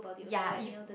ya you